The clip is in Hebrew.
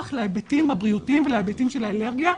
להיבטים הבריאותיים ולהיבטים של האלרגיה,